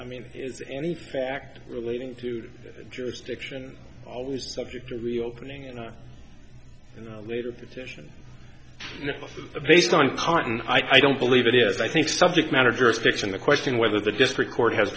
i mean is any factor relating to jurisdiction always subject to reopening and later petition based on part and i don't believe it is i think subject matter jurisdiction the question whether the district court has